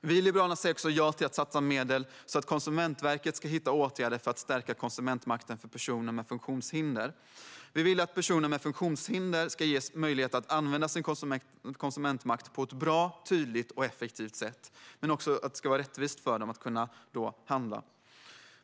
Vi i Liberalerna säger också ja till att satsa medel på att Konsumentverket ska hitta åtgärder för att stärka konsumentmakten för personer med funktionshinder. Vi vill att personer med funktionshinder ska ges möjlighet att använda sin konsumentmakt på ett bra, tydligt och effektivt sätt, och det ska vara rättvist för dem att kunna handla.